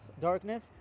darkness